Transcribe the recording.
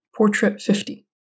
Portrait50